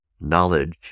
Knowledge